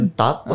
top